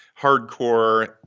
hardcore